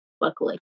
luckily